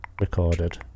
recorded